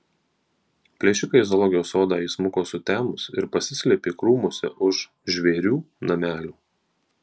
plėšikai į zoologijos sodą įsmuko sutemus ir pasislėpė krūmuose už žvėrių namelių